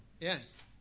Yes